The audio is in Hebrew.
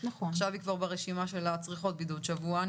ועכשיו היא כבר ברשימת המדינות שצריכות בידוד למשך שבוע.